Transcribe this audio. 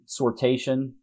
sortation